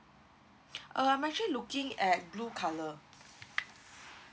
uh I'm actually looking at blue colour